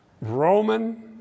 Roman